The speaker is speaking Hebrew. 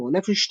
סיפור הנפש,